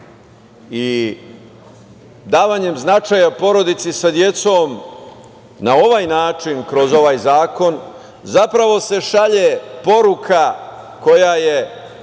i davanjem značaja porodici sa decom na ovaj način, kroz ovaj zakon, zapravo se šalje poruka koja je